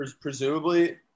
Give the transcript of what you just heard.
Presumably